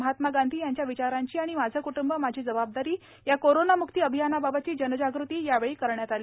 महात्मा गांधी यांच्या विचारांची आणि माझे क्टुंब माझी जबाबदारी या कोरोना मुक्ती अभियानाबाबतची जनजागृती यावेळी करण्यात आली